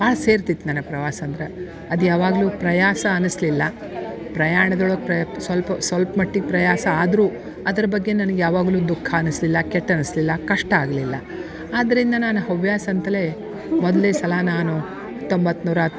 ಭಾಳ ಸೇರ್ತಿತಿ ನನಗೆ ಪ್ರವಾಸ ಅಂದ್ರ ಅದು ಯಾವಾಗಲೂ ಪ್ರಯಾಸ ಅನಸಲಿಲ್ಲ ಪ್ರಯಾಣದೊಳಗೆ ಪ್ರ ಸ್ವಲ್ಪ ಸೊಲ್ಪ ಮಟ್ಟಿಗೆ ಪ್ರಯಾಸ ಆದರೂ ಅದ್ರ ಬಗ್ಗೆ ನನಗೆ ಯಾವಾಗಲೂ ದುಃಖ ಅನಸಲಿಲ್ಲ ಕೆಟ್ಟ ಅನಸಲಿಲ್ಲ ಕಷ್ಟ ಆಗಲಿಲ್ಲ ಆದರಿಂದ ನಾನು ಹವ್ಯಾಸ ಅಂತಲೇ ಮೊದಲನೇ ಸಲ ನಾನು ತೊಂಬತ್ತು ನೂರ